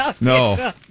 No